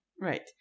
Right